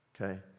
Okay